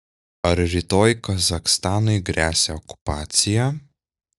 ar rytoj kazachstanui gresia okupacija